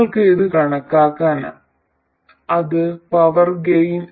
നിങ്ങൾക്ക് ഇത് കണക്കാക്കാം ഇതാണ് പവർ ഗെയിൻ